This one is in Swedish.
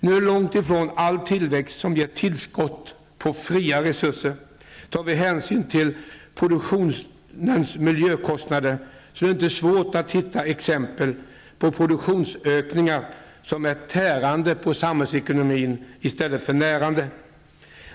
Nu är det långt ifrån all tillväxt som ger tillskott av fria resurser. Om vi tar hänsyn till produktionens miljökostnader är det inte svårt att hitta exempel på produktionsökningar som är tärande på samhällsekonomin i stället för närande.